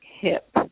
hip